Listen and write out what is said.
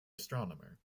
astronomer